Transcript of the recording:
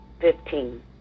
fifteen